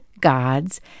gods